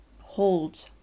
hold